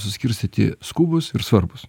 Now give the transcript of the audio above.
suskirstyt į skubūs ir svarbūs